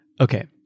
Okay